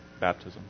baptism